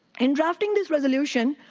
in drafting this resolution,